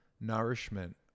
nourishment